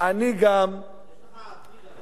אני גם, כן בעתיד.